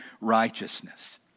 righteousness